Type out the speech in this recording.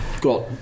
got